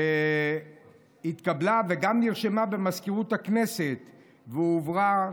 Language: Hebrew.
והתקבלה וגם נרשמה במזכירות הכנסת והועברה,